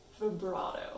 vibrato